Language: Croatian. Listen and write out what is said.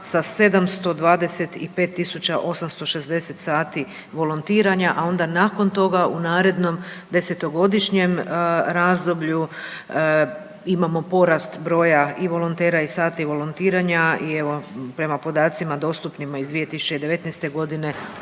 sa 725.860 sati volontiranja, a onda nakon toga u narednom desetogodišnjem razdoblju imamo porast broja i volontera i sati volontiranja i evo prema podacima dostupnima iz 2019. godine